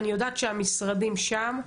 אני יודעת שהמשרדים שם.